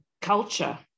culture